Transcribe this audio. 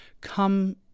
come